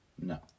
No